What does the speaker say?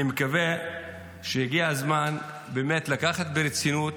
אני מקווה שיגיע הזמן באמת לקחת ברצינות